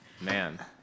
man